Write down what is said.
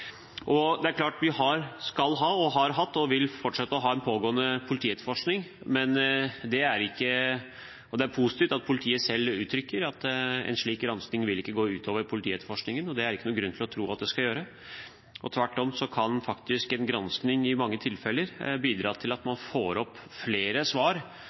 Det er klart at vi fortsatt skal ha – som vi har hatt – en pågående politietterforskning, og det er positivt at politiet selv uttrykker at en slik granskning ikke vil gå ut over politietterforskningen. Det er det heller ingen grunn til å tro at det skal gjøre. Tvert om kan faktisk en granskning i mange tilfeller bidra til at man får opp flere svar